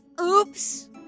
Oops